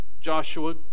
Joshua